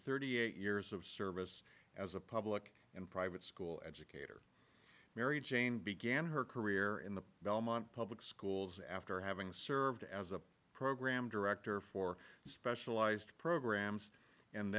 thirty eight years of service as a public and private school educator mary jane began her career in the belmont public schools after having served as a program director for specialized programs and